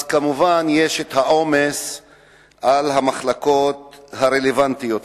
אז כמובן יש העומס על המחלקות הרלוונטיות,